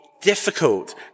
difficult